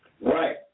Right